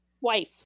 wife